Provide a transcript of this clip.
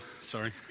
sorry